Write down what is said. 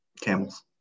camels